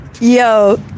Yo